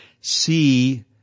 see